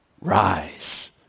rise